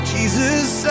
Jesus